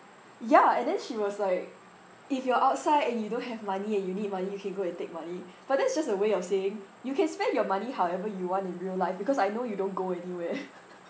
ya and then she was like if you're outside and you don't have money and you need money you can go and take money but that's just a way of saying you can spend your money however you want in real life because I know you don't go anywhere